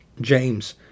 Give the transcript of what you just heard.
James